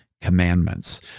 commandments